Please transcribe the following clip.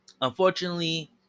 Unfortunately